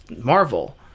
Marvel